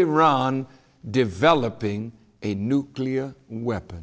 iran developing a nuclear weapon